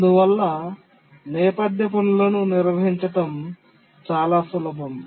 అందువల్ల నేపథ్య పనులను నిర్వహించడం చాలా సులభం